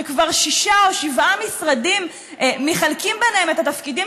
שכבר שישה או שבעה משרדים מחלקים ביניהם את התפקידים